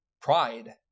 pride